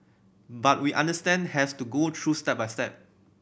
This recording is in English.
but we understand has to go through step by step